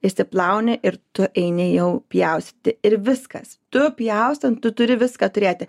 išsiplauni ir tu eini jau pjaustyti ir viskas tu pjaustant tu turi viską turėti